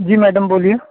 जी madam बोलिए